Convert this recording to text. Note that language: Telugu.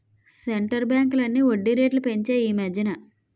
సెంటరు బ్యాంకులన్నీ వడ్డీ రేట్లు పెంచాయి ఈమధ్యన